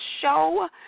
show